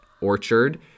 orchard